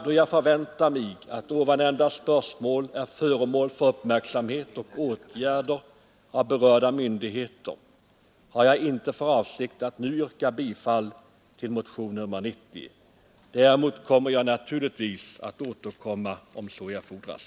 Då jag förväntar mig att förevarande spörsmål är föremål för uppmärksamhet och åtgärder av berörda myndigheter har jag inte för avsikt att nu yrka bifall till motion nr 90. Däremot kommer jag naturligtvis att återkomma om så erfordras.